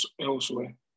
elsewhere